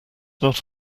not